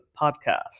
podcast